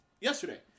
yesterday